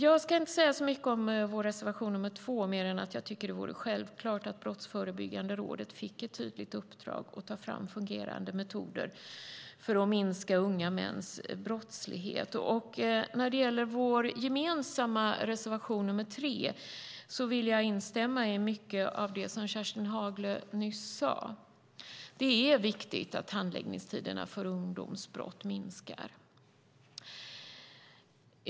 Jag ska inte säga så mycket om vår reservation nr 2, mer än att jag tycker att det vore självklart att Brottsförebyggande rådet fick ett tydligt uppdrag att ta fram fungerande metoder för att minska unga mäns brottslighet. När det gäller vår gemensamma reservation nr 3 vill jag instämma i mycket av det som Kerstin Haglö nyss sade. Det är viktigt att handläggningstiderna för ungdomsbrott minskar.